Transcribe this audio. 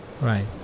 Right